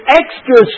extra